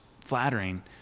flattering